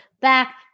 back